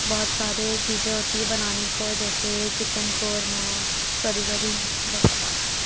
بہت سارے چیزیں ہوتی ہے بنانے کو جیسے چکن قورمہ سروری سروری بکرا